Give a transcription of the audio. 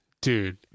dude